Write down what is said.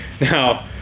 Now